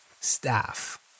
Staff